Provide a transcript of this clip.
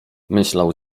myślał